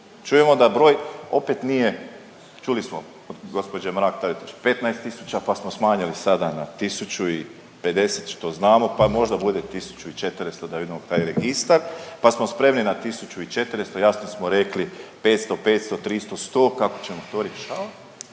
čujemo da broj opet nije, čuli smo od gospođe Mrak-Taritaš 15000 pa smo smanjili sada na 1050 što znamo pa možda bude 1400 da vidimo taj registar, pa smo spremni na 1400. Jasno smo rekli 500, 500, 300, 100 kako ćemo to